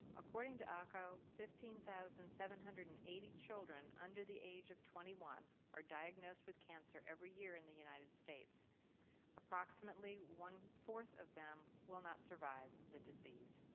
according to acco, fifteen thousand seven hundred and eighty children under the age of twenty one are diagnosed with cancer every year in the united states approximately one four of them will not survive the disease.